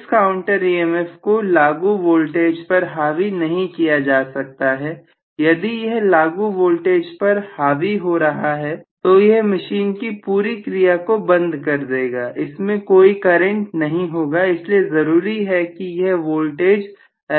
इस counter EMF को लागू वोल्टेज पर हावी नहीं किया जा सकता है यदि यह लागू वोल्टेज पर हावी हो रहा है तो यह मशीन की पूरी क्रिया को बंद कर देगा इसमें कोई करंट नहीं होगा इसलिए जरूरी है कि यह वोल्टेज